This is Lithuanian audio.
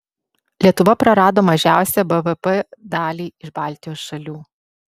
lietuva prarado mažiausią bvp dalį iš baltijos šalių